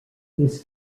his